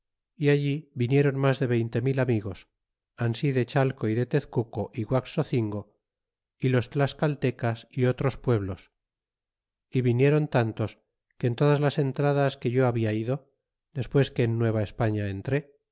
y allí viniéron mas de veinte mil amigos ansi de chateo y de tezcuco y guaxocingo y los tlascaltecas y otros pueblos y vinieron tantos que en todas las entradas que yo habia ido despues que en la nueva españa